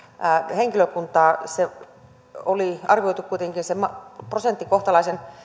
henkilökuntaa se prosentti oli arvioitu kuitenkin kohtalaisen